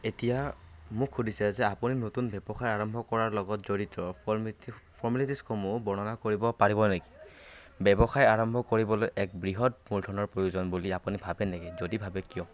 এতিয়া মোক সুধিছে যে আপুনি নতুন ব্যৱসায় আৰম্ভ কৰাৰ লগত জড়িত ফৰ্মেটিজ ফৰ্মেলিটিজসমূহ বৰ্ণনা কৰিব পাৰিব নেকি ব্যৱসায় আৰম্ভ কৰিবলৈ এক বৃহৎ মূলধনৰ প্ৰয়োজন বুলি আপুনি ভাবে নেকি যদি ভাবে কিয়